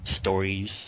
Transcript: stories